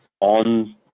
on